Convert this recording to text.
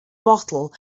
bottle